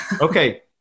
Okay